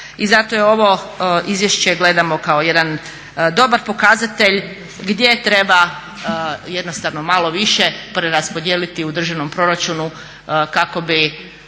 I zato ovo izvješće gledamo kao jedan dobar pokazatelj gdje treba jednostavno malo više preraspodijeliti u državnom proračunu kako bi